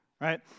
right